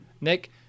Nick